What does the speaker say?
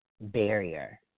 barrier